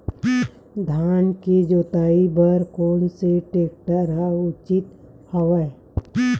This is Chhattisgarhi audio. धान के जोताई बर कोन से टेक्टर ह उचित हवय?